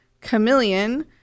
Chameleon